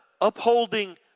upholding